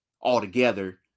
altogether